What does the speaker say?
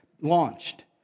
launched